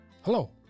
Hello